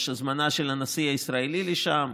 יש הזמנה של הנשיא הישראלי לשם,